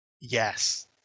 Yes